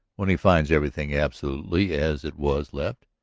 when he finds everything absolutely as it was left,